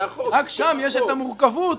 רק שם יש את המורכבות.